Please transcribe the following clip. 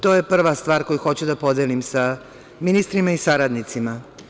To je prva stvar koju hoću da podelim sa ministrima i saradnicima.